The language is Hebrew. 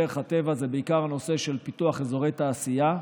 בדרך הטבע, זה בעיקר הנושא של פיתוח אזורי תעשייה.